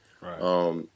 Right